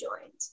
joined